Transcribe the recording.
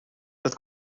dat